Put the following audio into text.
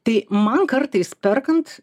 tai man kartais perkant